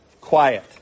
quiet